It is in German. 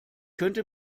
könnte